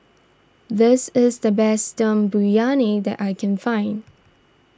this is the best Dum Briyani that I can find